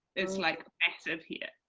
it's like massive here,